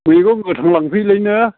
मैगं गोथां लांफैयोलायनो